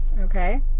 okay